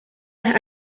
las